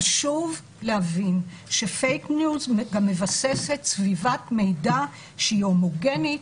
חשוב להבין ש"פייק ניוז" גם מבססת סביבת מידע שהיא הומוגנית,